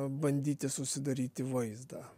bandyti susidaryti vaizdą